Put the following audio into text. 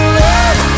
love